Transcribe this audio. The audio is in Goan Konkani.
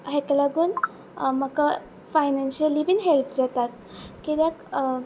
हेका लागून म्हाका फायनान्शियली बीन हेल्प जातात कित्याक